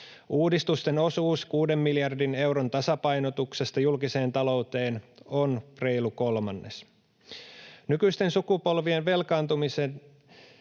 Uudistusten osuus kuuden miljardin euron tasapainotuksesta julkiseen talouteen on reilu kolmannes. Nykyisten sukupolvien velkaantumisen